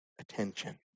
attention